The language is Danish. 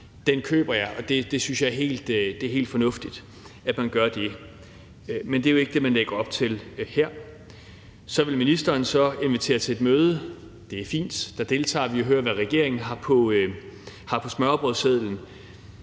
Den køber jeg, og jeg synes, det er helt fornuftigt, at man gør det. Men det er jo ikke det, man lægger op til her. For det andet vil ministeren så invitere til et møde. Det er fint. Der deltager vi og hører, hvad regeringen har på smørrebrødssedlen.